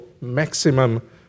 maximum